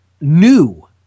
new